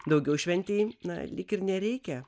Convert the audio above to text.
daugiau šventei na lyg ir nereikia